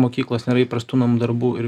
mokyklos nėra įprastų mums darbų ir